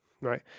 Right